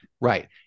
Right